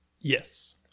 Yes